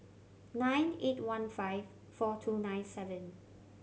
nine eight one five four two nine seven